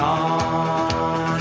on